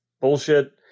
bullshit